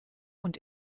und